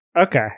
Okay